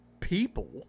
people